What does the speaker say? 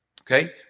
Okay